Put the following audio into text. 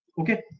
Okay